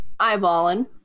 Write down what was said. Eyeballing